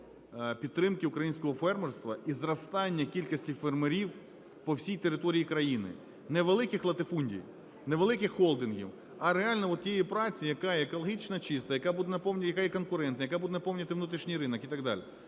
підтримки українського фермерства і зростання кількості фермерів по всій території країни. Не великих латифундій, не великих холдингів, а реально отієї праці, яка екологічно чиста, яка є конкурентна, яка буде наповнювати внутрішній ринок і так далі.